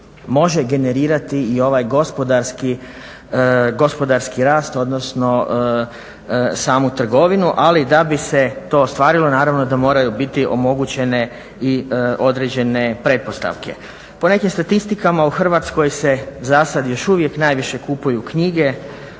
može generirati i ovaj gospodarski rast odnosno samu trgovinu. Ali da bi se to ostvarilo moraju biti omogućene i određene pretpostavke. Po nekim statistikama u Hrvatskoj se za sada još uvijek najviše kupuju knjige,